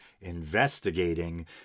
investigating